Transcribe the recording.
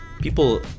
people